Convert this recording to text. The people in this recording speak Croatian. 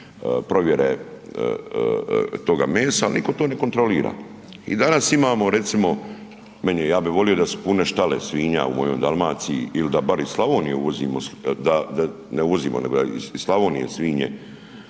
provjere toga mesa, ali nitko to ne kontrolira. I danas imamo recimo, meni je ja bi volio da su pune štale svinja u mojoj Dalmaciji ili da bar iz Slavonije uvozimo, da ne uvozimo nego da iz Slavonije svinje